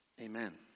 Amen